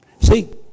See